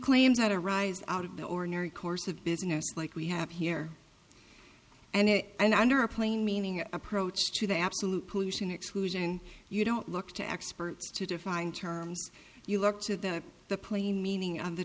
claims that arise out of the ordinary course of business like we have here and under a plain meaning approach to the absolute pollution exclusion you don't look to experts to define terms you look to the the plain meaning of the